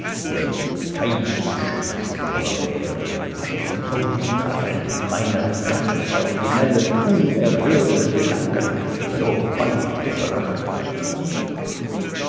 denn kein schauspieler auf erden hat es im auffassen meiner ganz originellen unerhörten gedanken so weit gebracht als ihr